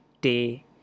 day